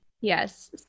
yes